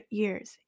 years